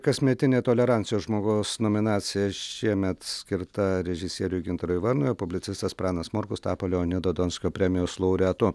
kasmetinė tolerancijos žmogaus nominacija šiemet skirta režisieriui gintarui varnui publicistas pranas morkus tapo leonido donskio premijos laureatu